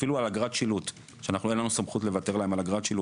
אפילו על אגרת שילוט אין לנו סמכות לוותר להם על אגרת שילוט.